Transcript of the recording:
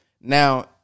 now